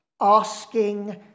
asking